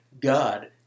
God